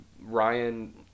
Ryan